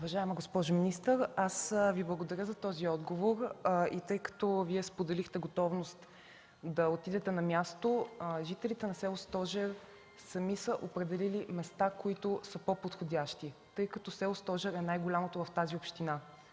Уважаема госпожо министър, благодаря Ви за този отговор. Тъй като Вие споделихте готовност да отидете на място, жителите на село Стожер сами са определили места, които са по-подходящи, защото село Стожер е най-голямото в тази община